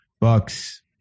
Bucks